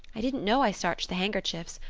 i didn't know i starched the handkerchiefs.